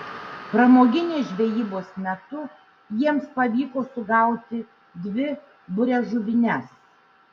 pramoginės žvejybos metu jiems pavyko sugauti dvi buriažuvines